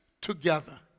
together